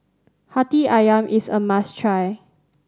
Hati Ayam is a must try